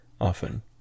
often